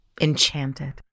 enchanted